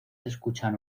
escuchan